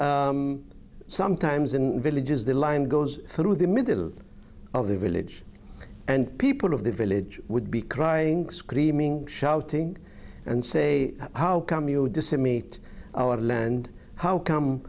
sometimes in villages the line goes through the middle of the village and people of the village would be crying screaming shouting and say how come you decide meet our land how